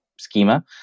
schema